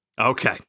Okay